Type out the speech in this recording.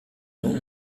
non